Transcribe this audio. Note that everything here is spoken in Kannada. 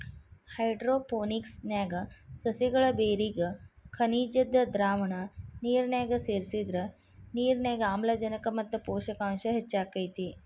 ಹೈಡ್ರೋಪೋನಿಕ್ಸ್ ನ್ಯಾಗ ಸಸಿಗಳ ಬೇರಿಗೆ ಖನಿಜದ್ದ ದ್ರಾವಣ ನಿರ್ನ್ಯಾಗ ಸೇರ್ಸಿದ್ರ ನಿರ್ನ್ಯಾಗ ಆಮ್ಲಜನಕ ಮತ್ತ ಪೋಷಕಾಂಶ ಹೆಚ್ಚಾಕೇತಿ